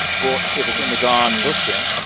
but if it's undergone dutching,